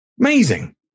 Amazing